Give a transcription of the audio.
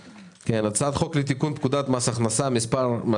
20 בדצמבר 2021. אנחנו מתחילים לדון בהצעת חוק שתעניק פטור ממס